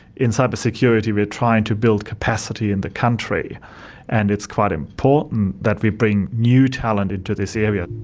in cybersecurity we're trying to build capacity in the country and it's quite important that we bring new talent into this area.